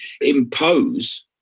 impose